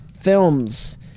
films